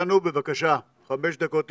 בבקשה, חמש דקות לרשותך.